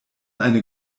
eine